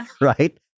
right